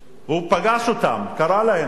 הוא פגש אותם, קרא להם, דרך אגב,